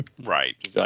Right